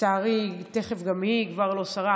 לצערי גם היא תכף כבר לא שרה.